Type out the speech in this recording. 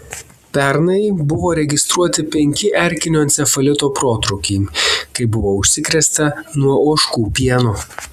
pernai buvo registruoti penki erkinio encefalito protrūkiai kai buvo užsikrėsta nuo ožkų pieno